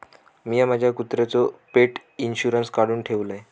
मिया माझ्या कुत्र्याचो पेट इंशुरन्स काढुन ठेवलय